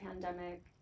pandemic